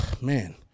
man